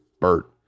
Bert